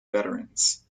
veterans